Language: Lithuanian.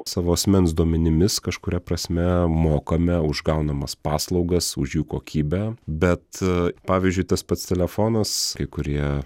savo asmens duomenimis kažkuria prasme mokame už gaunamas paslaugas už jų kokybę bet pavyzdžiui tas pats telefonas kai kurie